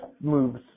moves